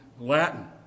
Latin